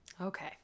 Okay